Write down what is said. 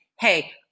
hey